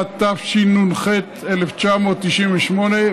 התשנ"ח 1998,